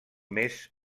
més